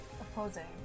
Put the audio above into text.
opposing